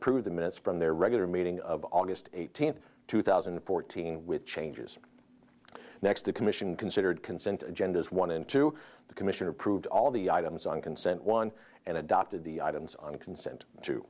pru the minutes from their regular meeting of aug eighteenth two thousand and fourteen with changes next the commission considered consent agendas one and two the commission approved all the items on consent one and adopted the items on consent to